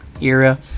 era